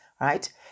right